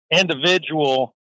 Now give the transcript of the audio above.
individual